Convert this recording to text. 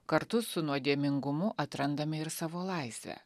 kartu su nuodėmingumu atrandame ir savo laisvę